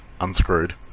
unscrewed